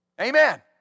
Amen